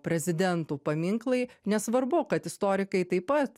prezidentų paminklai nesvarbu kad istorikai taip pat